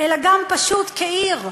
גם פשוט כאל עיר,